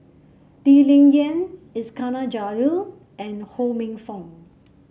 Lee Ling Yen Iskandar Jalil and Ho Minfong